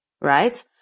Right